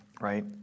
right